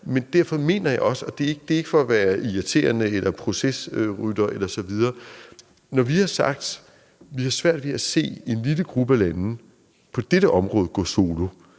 Men når vi har sagt – og det er ikke for at være irriterende eller procesrytter osv. – at vi har svært ved at se en lille gruppe lande gå solo på dette område, så